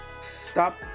stop